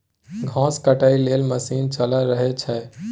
घास काटय लेल मशीन चला रहल छै